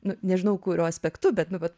nu nežinau kuriuo aspektubet nu vat